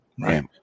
Right